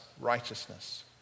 righteousness